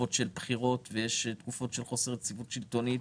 תקופות של בחירות ושל חוסר יציבות שלטונית,